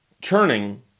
turning